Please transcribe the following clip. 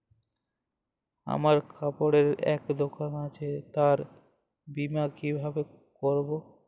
আমার কাপড়ের এক দোকান আছে তার বীমা কিভাবে করবো?